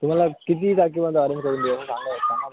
तुम्हाला किती तारखेपर्यंत आणून ठेवून देऊ सांगा हे सांगा मला